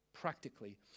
practically